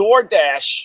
DoorDash